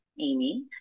Amy